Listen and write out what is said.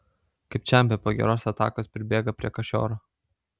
kaip čempe po geros atakos pribėga prie kašioro